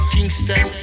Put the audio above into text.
Kingston